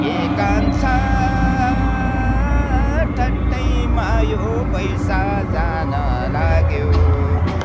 ए कान्छा ठट्टैमा यो बैँस जान लाग्यो